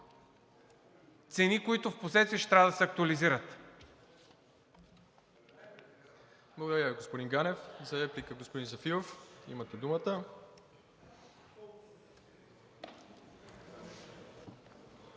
цени, които впоследствие ще трябва да се актуализират.